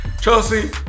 Chelsea